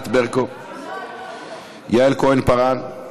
יעל כהן-פארן,